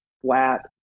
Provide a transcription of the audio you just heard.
flat